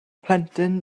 plentyn